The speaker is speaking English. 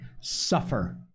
Suffer